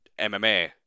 MMA